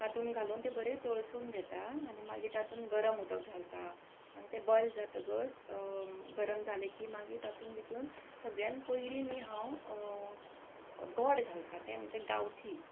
तातूंत घालून तें बरें तळसून घेता आनी मागीर तातूंत गरम उदक घालता आनी तें बॉयल जातकच गरम जाले की मागीर तातून भितून सगळ्यान पयली न्ही हांव गोड घालता तें म्हणजे गांवठी